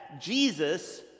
Jesus